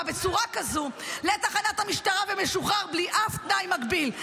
בצורה כזאת לתחנת המשטרה ומשוחרר בלי אף תנאי מגביל.